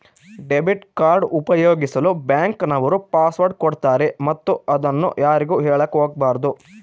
debit card ಉಪಯೋಗಿಸಲು bank ನವರು password ಕೊಡ್ತಾರೆ ಮತ್ತು ಅದನ್ನು ಯಾರಿಗೂ ಹೇಳಕ ಒಗಬಾರದು